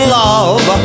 love